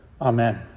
Amen